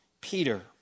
Peter